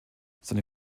seine